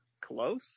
close